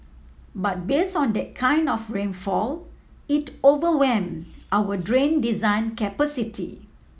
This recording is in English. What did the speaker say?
but based on that kind of rainfall it overwhelmed our drain design capacity